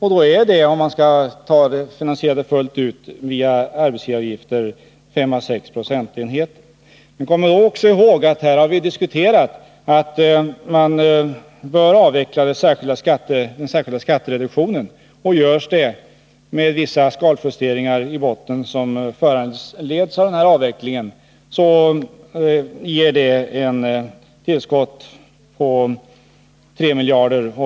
Om man skall finansiera reformen fullt ut via arbetsgivaravgifter blir det 5 å 6 procentenheter. Men kom då också ihåg att vi har diskuterat att avveckla den särskilda skattereduktionen! Och görs det, med vissa skaljusteringar i botten som föranleds av avvecklingen, ger det ett tillskott på 3 miljarder.